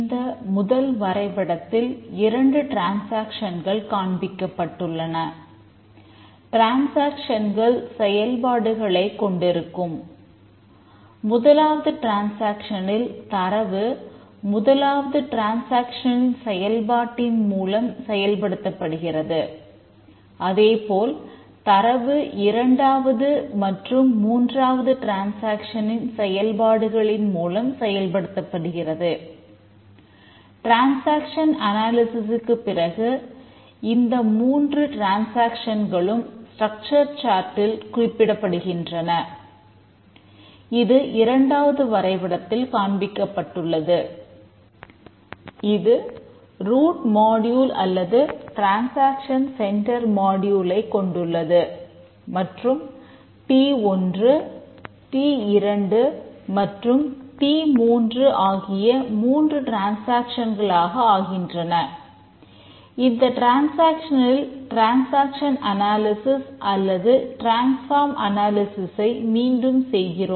இந்த முதல் வரைபடத்தில் இரண்டு டிரேன்சேக்சன்கள் பெறுவோம்